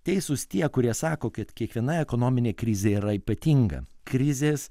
teisūs tie kurie sako kad kiekviena ekonominė krizė yra ypatinga krizės